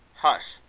hush!